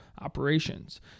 operations